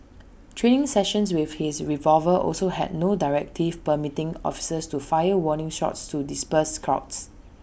training sessions with his revolver also had no directive permitting officers to fire warning shots to disperse crowds